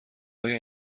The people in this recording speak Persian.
آیا